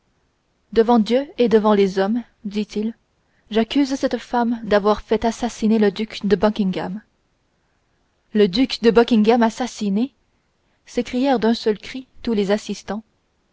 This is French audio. devant dieu et devant les hommes dit-il j'accuse cette femme d'avoir fait assassiner le duc de buckingham le duc de buckingham assassiné s'écrièrent d'un seul cri tous les assistants